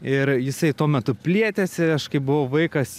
ir jisai tuo metu plėtėsi aš kai buvau vaikas